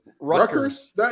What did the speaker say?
Rutgers